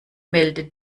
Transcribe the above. melde